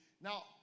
Now